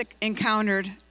encountered